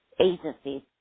agencies